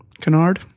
Canard